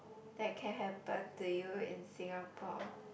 that can happen to you in Singapore